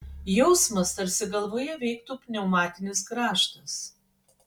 jausmas tarsi galvoje veiktų pneumatinis grąžtas